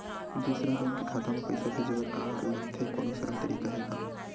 दूसरा बैंक के खाता मा पईसा भेजे बर का लगथे कोनो सरल तरीका हे का?